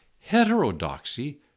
Heterodoxy